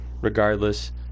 regardless